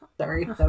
Sorry